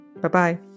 Bye-bye